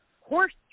horse